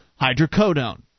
hydrocodone